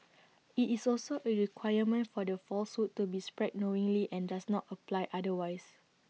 IT is also A requirement for the falsehood to be spread knowingly and does not apply otherwise